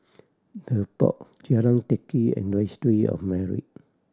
The Pod Jalan Teck Kee and Registry of Marriage